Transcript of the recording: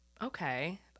Okay